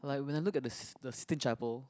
like when I look at the the stitch level